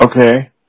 Okay